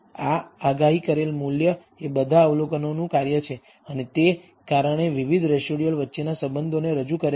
આ આગાહી કરેલ મૂલ્ય એ બધા અવલોકનોનું કાર્ય છે અને તે કારણે તે વિવિધ રેસિડયુઅલ વચ્ચેના સંબંધોને રજૂ કરે છે